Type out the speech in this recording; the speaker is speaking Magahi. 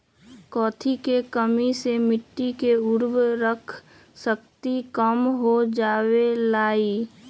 कथी के कमी से मिट्टी के उर्वरक शक्ति कम हो जावेलाई?